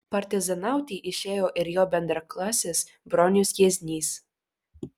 partizanauti išėjo ir jo bendraklasis bronius jieznys